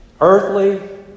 earthly